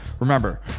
Remember